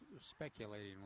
speculating